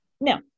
Now